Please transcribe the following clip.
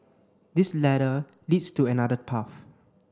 this ladder leads to another path